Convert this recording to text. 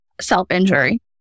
self-injury